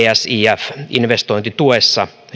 pif investointitukeen